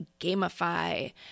gamify